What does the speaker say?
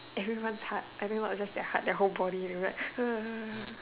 everyone's heart everyone not just their heart their whole body will be like